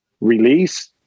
release